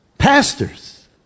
pastors